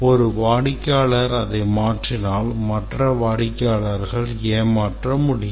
ஒரு வாடிக்கையாளர் அதை மாற்றினால் மற்ற வாடிக்கையாளர்கள் ஏமாற்ற முடியும்